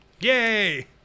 Yay